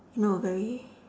you know very